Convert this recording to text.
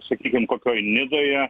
sakykim kokioj nidoje